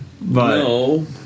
No